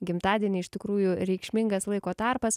gimtadienį iš tikrųjų reikšmingas laiko tarpas